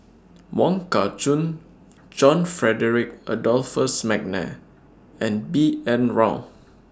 Wong Kah Chun John Frederick Adolphus Mcnair and B N Rao